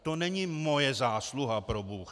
To není moje zásluha, probůh!